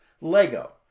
LEGO